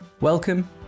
Welcome